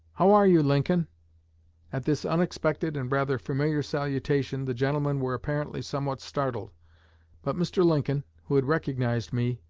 how are you, lincoln at this unexpected and rather familiar salutation the gentlemen were apparently somewhat startled but mr. lincoln, who had recognized me,